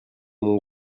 mon